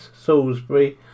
Salisbury